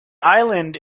island